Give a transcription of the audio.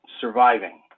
surviving